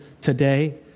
today